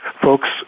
folks